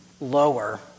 lower